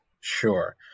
Sure